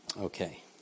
Okay